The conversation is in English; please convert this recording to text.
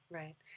right